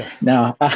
No